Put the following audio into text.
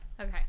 Okay